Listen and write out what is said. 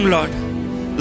Lord